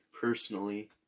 personally